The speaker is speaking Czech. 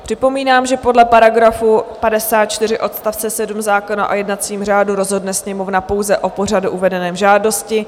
Připomínám, že podle § 54 odst. 7 zákona o jednacím řádu rozhodne Sněmovna pouze o pořadu uvedeném v žádosti.